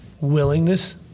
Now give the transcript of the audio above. willingness